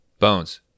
bones